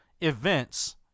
events